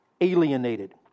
alienated